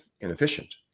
inefficient